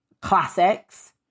classics